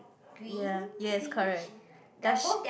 ya yes correct does she